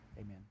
amen